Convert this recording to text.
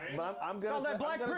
but i'm i'm gonna like